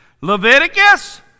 Leviticus